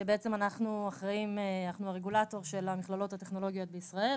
כשבעצם אנחנו הרגולטור של המכללות הטכנולוגיות בישראל